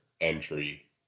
entry